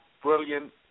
Brilliant